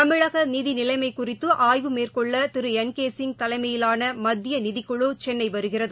தமிழகநிதிநிலைமைகுறித்துஆய்வு மேற்கொள்ளதிருஎன் தலைமையிலானமத்தியநிதிக்குழுசென்னைவருகிறது